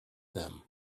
them